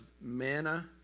manna